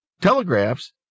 telegraphs